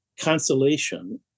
consolation